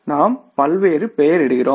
நாம் பல்வேறு பெயரிடுகிறோம்